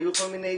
היו כל מיני